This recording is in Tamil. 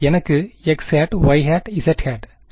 எனக்குxyz சரி